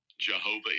Jehovah